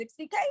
60k